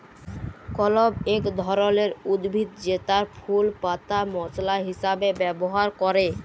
clove এক ধরলের উদ্ভিদ জেতার ফুল পাতা মশলা হিসাবে ব্যবহার ক্যরে